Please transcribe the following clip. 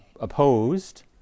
opposed